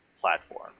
platform